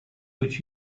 which